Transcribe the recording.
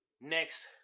Next